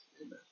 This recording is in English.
Amen